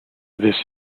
this